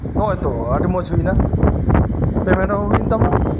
ᱱᱚᱜ ᱚᱭ ᱛᱚ ᱟᱰᱤ ᱢᱚᱸᱡᱽ ᱦᱩᱭ ᱱᱟ ᱯᱮᱢᱮᱱᱴ ᱦᱚᱸ ᱦᱩᱭᱮᱱ ᱛᱟᱢᱟ